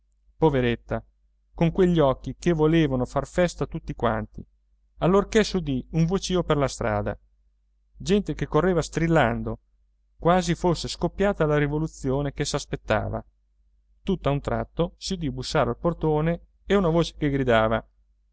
poveretta con quegli occhi che volevano far festa a tutti quanti allorché s'udì un vocìo per la strada gente che correva strillando quasi fosse scoppiata la rivoluzione che s'aspettava tutt'a un tratto si udì bussare al portone e una voce che gridava